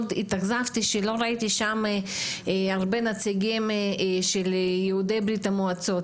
התאכזבתי שלא ראיתי שם הרבה נציגים של יהודי ברית המועצות,